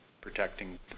protecting